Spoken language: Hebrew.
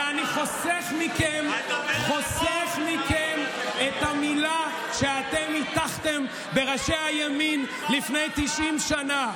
ואני חוסך מכם את המילה שאתם הטחתם בראשי הימין לפני 90 שנה.